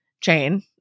chain